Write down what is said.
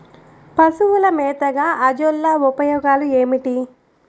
పశువుల మేతగా అజొల్ల ఉపయోగాలు ఏమిటి?